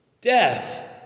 death